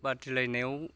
बादिलायनायाव